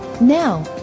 Now